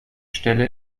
stelle